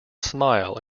smile